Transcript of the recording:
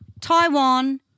Taiwan